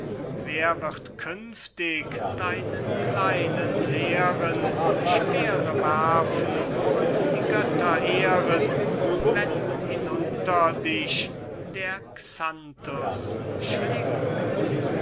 wer wird künftig deinen kleinen lehren speere werfen und die götter ehren wenn hinunter dich der xanthus schlingt